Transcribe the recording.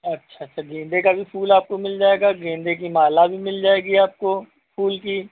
अच्छा अच्छा गेंदे का भी फूल आपको मिल जाएगा गेंदे की माला भी मिल जाएगी आपको फूल की